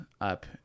up